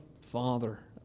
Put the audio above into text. Father